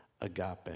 agape